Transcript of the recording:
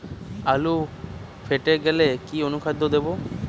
আলু ফেটে গেলে কি অনুখাদ্য দেবো?